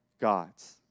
gods